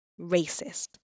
racist